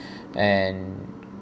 and